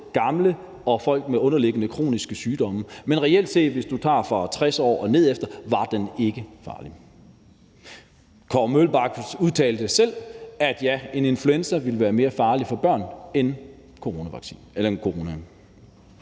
gamle og folk med underliggende kroniske sygdomme, men som reelt set, hvis du tager det fra 60 år og nedefter, ikke var farlig. Kåre Mølbak udtalte selv, at en influenza ville være mere farlig for børn end coronaen.